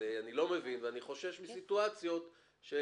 אני לא מבין ואני חושש מסיטואציות של